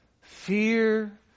fear